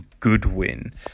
Goodwin